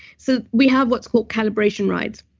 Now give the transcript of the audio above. so we have what's called calibration rides.